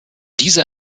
diese